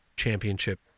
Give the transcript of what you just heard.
championship